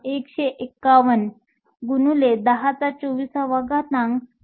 151 x 1024 m 3 आहे